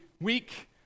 week